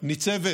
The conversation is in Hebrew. ניצבת